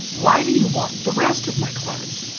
why do you want the rest of my clothes?